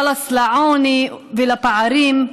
חלאס לעוני ולפערים,